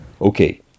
Okay